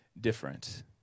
different